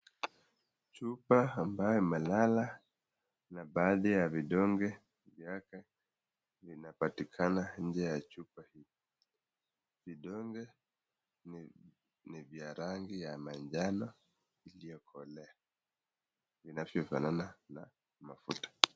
Chupa ambayo imelala na baadhi ya vidonge vyake vinapatikana nje ya chupa hili. Vidonge ni vya rangi ya manjano iliyokolea, inavyofanana na mafuta.